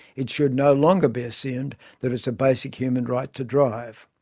it should no longer be assumed that it's a basic human right to drive.